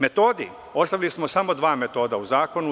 Metodi, ostavili smo samo dva metoda u zakonu.